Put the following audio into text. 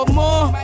more